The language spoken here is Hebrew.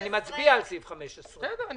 אני מצביע על סעיף 15. בסדר.